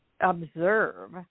observe